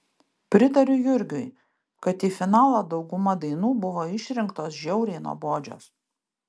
pritariu jurgiui kad į finalą dauguma dainų buvo išrinktos žiauriai nuobodžios